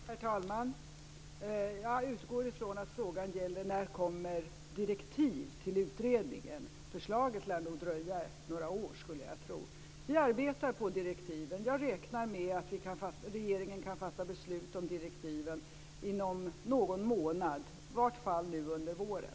Herr talman! Jag utgår från att frågan gäller när direktiv till utredningen kommer. Förslaget lär nog dröja några år, skulle jag tro. Vi arbetar på direktiven. Jag räknar med att regeringen kan fatta beslut om direktiven inom någon månad, i varje fall nu under våren.